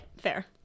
fair